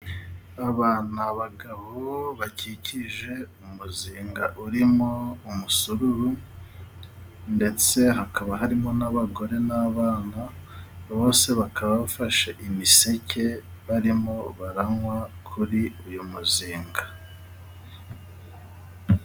Aba ni abagabo bakikije umuzinga urimo umusururu, ndetse hakaba harimo n'abagore n'abana, bose bakaba bafashe imiseke barimo baranywa kuri uyu muzinga.